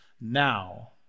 now